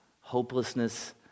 hopelessness